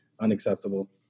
unacceptable